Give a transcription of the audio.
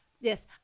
Yes